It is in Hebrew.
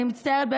אני מצטערת,